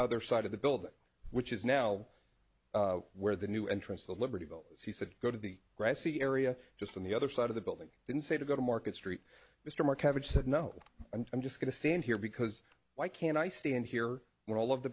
other side of the building which is now where the new entrance the liberty bell she said go to the grassy area just on the other side of the building then say to go to market street mr more coverage said no and i'm just going to stand here because why can't i stay in here when all of the